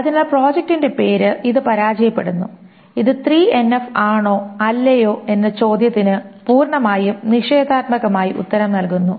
അതിനാൽ പ്രോജക്റ്റിന്റെ പേര് ഇത് പരാജയപ്പെടുന്നു ഇത് 3NF ആണോ അല്ലയോ എന്ന ചോദ്യത്തിന് പൂർണ്ണമായും നിഷേധാത്മകമായി ഉത്തരം നൽകുന്നു